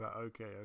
okay